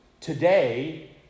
today